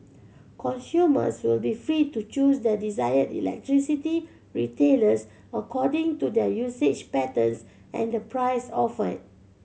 consumers will be free to choose their desired electricity retailers according to their usage patterns and the price offered